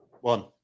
one